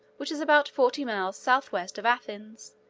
which is about forty miles southwest of athens,